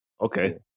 okay